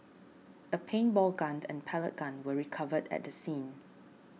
a paintball gun and pellet gun were recovered at the scene